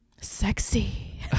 Sexy